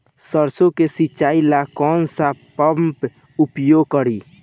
सरसो के सिंचाई ला कौन सा पंप उपयोग करी?